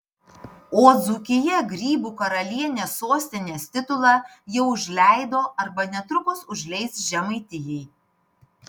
o dzūkija grybų karalienės sostinės titulą jau užleido arba netrukus užleis žemaitijai